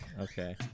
Okay